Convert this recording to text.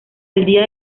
día